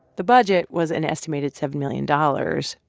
the budget was an estimated seven million dollars,